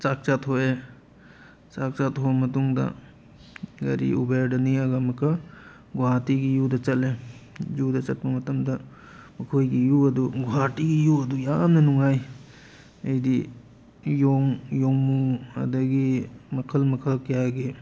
ꯆꯥꯛ ꯆꯥꯊꯣꯛꯑꯦ ꯆꯥꯛ ꯆꯥꯊꯣꯛꯑꯕ ꯃꯇꯨꯡꯗ ꯒꯥꯔꯤ ꯎꯕꯔꯗ ꯅꯦꯛꯑꯒ ꯑꯃꯨꯛꯀ ꯒꯨꯍꯥꯇꯤꯒꯤ ꯖꯨꯗ ꯆꯠꯂꯦ ꯖꯨꯗ ꯆꯠꯄ ꯃꯇꯝꯗ ꯃꯈꯣꯏꯒꯤ ꯖꯨ ꯑꯗꯨ ꯒꯨꯍꯥꯇꯤꯒꯤ ꯖꯨ ꯑꯗꯨ ꯌꯥꯝꯅ ꯅꯨꯡꯉꯥꯏ ꯑꯩꯗꯤ ꯌꯣꯡ ꯌꯣꯡꯃꯨ ꯑꯗꯒꯤ ꯃꯈꯜ ꯃꯈꯜ ꯀꯌꯥꯒꯤ